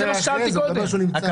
זה מה ששאלתי קודם.